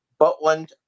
Butland